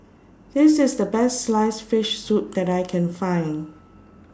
This IS The Best Sliced Fish Soup that I Can Find